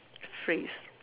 phrase